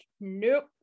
nope